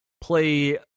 play